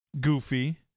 Goofy